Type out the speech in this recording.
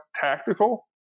tactical